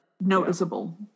noticeable